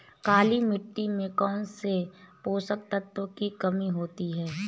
काली मिट्टी में कौनसे पोषक तत्वों की कमी होती है?